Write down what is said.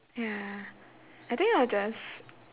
ya I think I'll just